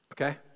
Okay